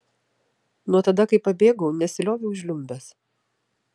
nuo tada kai pabėgau nesilioviau žliumbęs